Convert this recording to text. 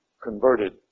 converted